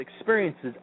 experiences